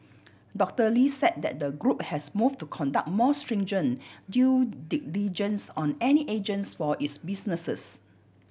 Doctor Lee said that the group has moved to conduct more stringent due diligence on any agents for its businesses